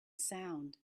sound